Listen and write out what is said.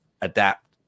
adapt